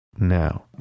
now